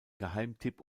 geheimtipp